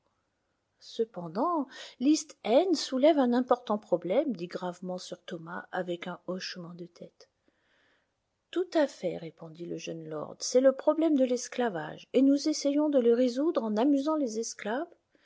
cependant l'east end soulève un important problème dit gravement sir thomas avec un hochement de tête tout à fait répondit le jeune lord c'est le problème de l'esclavage et nous essayons de le résoudre en amusant les esclaves